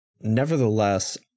Nevertheless